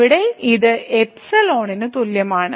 ഇവിടെ ഇത് ന് തുല്യമാണ്